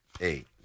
eight